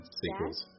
sequels